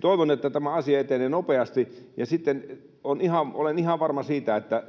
Toivon, että tämä asia etenee nopeasti. Sitten olen ihan varma siitä, että